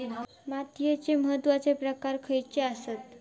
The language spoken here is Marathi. मातीचे महत्वाचे प्रकार खयचे आसत?